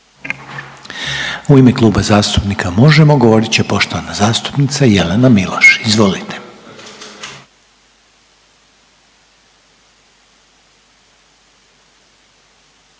U ime Kluba zastupnika Možemo govorit će poštovana zastupnica Jelena Miloš. Izvolite.